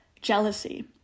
jealousy